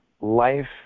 life